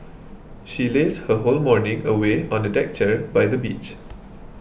she lazed her whole morning away on a deck chair by the beach